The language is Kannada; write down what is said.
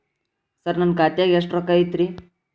ಸರ ನನ್ನ ಖಾತ್ಯಾಗ ರೊಕ್ಕ ಎಷ್ಟು ಐತಿರಿ?